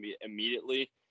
immediately